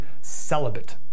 celibate